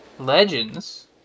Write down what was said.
Legends